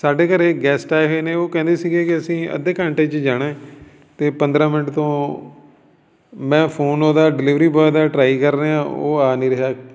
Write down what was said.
ਸਾਡੇ ਘਰ ਗੈਸਟ ਆਏ ਹੋਏ ਨੇ ਉਹ ਕਹਿੰਦੇ ਸੀਗੇ ਕਿ ਅਸੀਂ ਅੱਧੇ ਘੰਟੇ 'ਚ ਜਾਣਾ ਅਤੇ ਪੰਦਰਾਂ ਮਿੰਟ ਤੋਂ ਮੈਂ ਫੋਨ ਉਹਦਾ ਡਿਲੀਵਰੀ ਬੋਆਏ ਦਾ ਟਰਾਈ ਕਰ ਰਿਹਾ ਉਹ ਆ ਨਹੀਂ ਰਿਹਾ